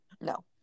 no